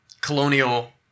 colonial –